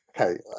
Okay